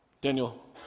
Daniel